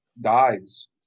dies